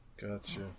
gotcha